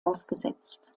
ausgesetzt